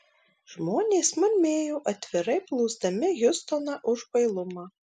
žmonės murmėjo atvirai plūsdami hiustoną už bailumą